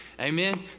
Amen